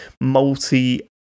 multi